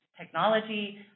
technology